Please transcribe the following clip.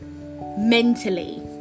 mentally